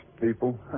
people